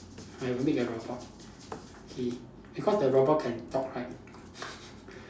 I will make a robot okay because the robot can talk right